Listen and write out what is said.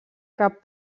cap